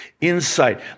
insight